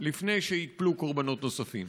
לפני שייפלו קורבנות נוספים.